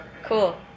cool